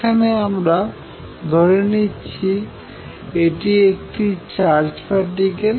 এখানে আমরা ধরে নিচ্ছি এটি একটি চার্জ পার্টিকেল